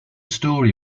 story